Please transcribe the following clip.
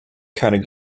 keine